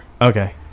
Okay